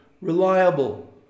reliable